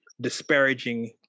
disparaging